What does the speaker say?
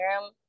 room